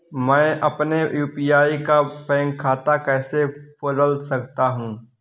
मैं अपने यू.पी.आई का बैंक खाता कैसे बदल सकता हूँ?